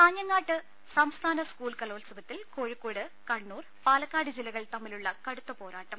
കാഞ്ഞങ്ങാട്ട് സംസ്ഥാന സ്കൂൾ കലോത്സവത്തിൽ കോഴി ക്കോട് കണ്ണൂർ പാലക്കാട് ജില്ലകൾ തമ്മിൽ കടുത്ത പോരാട്ടം